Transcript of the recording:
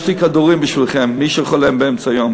יש לי כדורים בשבילכם, מי שחולמים באמצע היום.